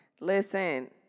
Listen